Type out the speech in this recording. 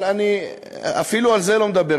אבל אני אפילו על זה לא מדבר.